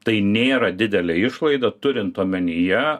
tai nėra didelė išlaida turint omenyje